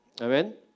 amen